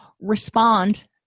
respond